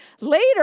Later